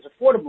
affordable